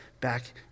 back